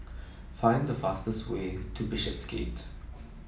find the fastest way to Bishopsgate